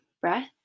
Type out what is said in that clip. breath